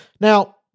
Now